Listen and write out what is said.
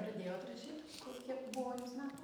pradėjot rašyt kiek buvo jums metų